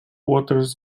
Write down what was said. waters